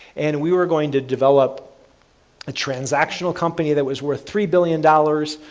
and we were going to develop a transactional company that was worth three billion dollars,